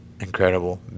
Incredible